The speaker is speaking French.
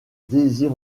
désir